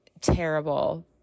terrible